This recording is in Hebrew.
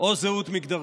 או זהות מגדרית.